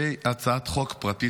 שהיא הצעת חוק פרטית,